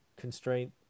constraint